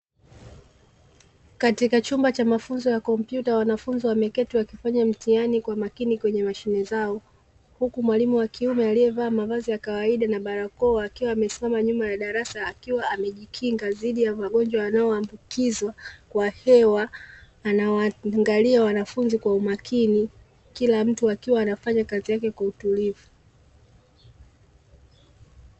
Katika chumba cha mafunzo ya kompyuta wanafunzi wameketi wakifanya mitihani kwa makini kwenye mashine zao, huku mwalimu wa kiume aliyevaa mavazi ya kawaida na barakoa, akiwa amesimama nyuma ya darasa akiwa amejikinga dhidi ya magonjwa yanayo ambukizwa kwa hewa, anawaanglia wanafunzi kwa umakini kila mtu akiwa anafanya kazi yake kwa utulivu.